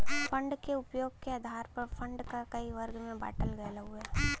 fund क उपयोग क आधार पर फण्ड क कई वर्ग में बाँटल गयल हउवे